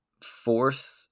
fourth